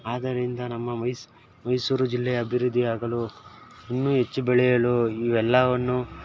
ಆದ್ದರಿಂದ ನಮ್ಮ ಮೈಸೂರು ಜಿಲ್ಲೆ ಅಭಿವೃದ್ಧಿ ಆಗಲು ಇನ್ನೂ ಹೆಚ್ಚು ಬೆಳೆಯಲು ಇವೆಲ್ಲವನ್ನೂ